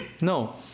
No